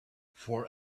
for